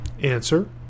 Answer